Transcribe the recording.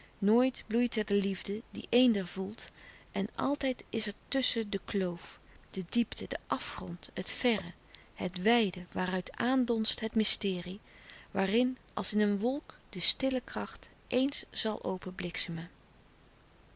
nooit bloeit er de liefde die eender voelt en altijd is er tusschen de kloof de diepte de afgrond het verre het wijde waaruit aandonst het mysterie waarin als in een wolk de stille kracht eens zal openbliksemen